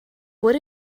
what